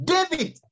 David